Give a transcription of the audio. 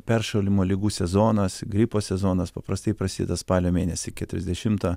peršalimo ligų sezonas gripo sezonas paprastai prasideda spalio mėnesį keturiasdešimtą